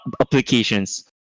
applications